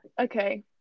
Okay